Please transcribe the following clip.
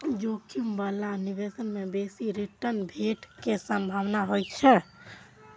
जोखिम बला निवेश मे बेसी रिटर्न भेटै के संभावना होइ छै